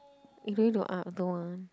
you don't need to up don't want